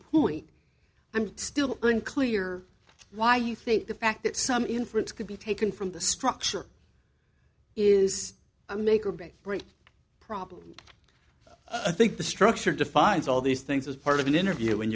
point i'm still unclear why you think the fact that some inference could be taken from the structure is a make or break break problem i think the structure defines all these things as part of an interview